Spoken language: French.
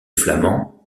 flamands